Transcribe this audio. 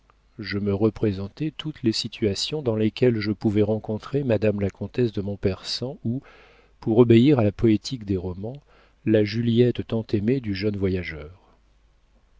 je me représentais toutes les situations dans lesquelles je pouvais rencontrer madame la comtesse de montpersan ou pour obéir à la poétique des romans la juliette tant aimée du jeune voyageur